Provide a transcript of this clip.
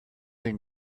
and